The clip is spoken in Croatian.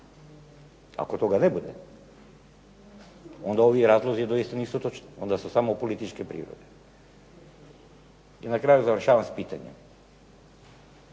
Ako toga ne bude onda ovi razlozi doista nisu točni, onda su samo političke prirode. I na kraju završavam s pitanjem.